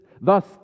thus